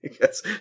Yes